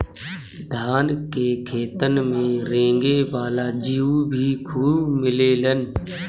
धान के खेतन में रेंगे वाला जीउ भी खूब मिलेलन